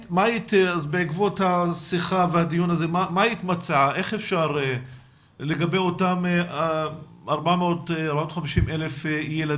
בעקבות השיחה והדיון הזה מה היית מציעה לגבי אותם 450,000 ילדים?